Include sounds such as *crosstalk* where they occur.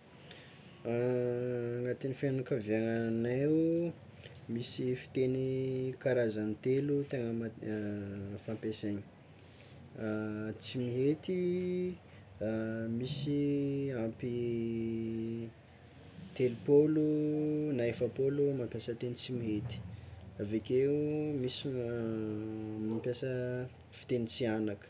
*hesitation* Agnatin'ny fiagnankaviagnanay misy fiteny karazany telo tegna fampiasaina: Tsimihety *hesitation* misy ampy telopôlo na efapôlo mampiasa teny Tsimihety, aveke misy ma- mampiasa fiten-tsihanaka